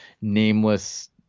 nameless